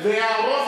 אני הבנתי.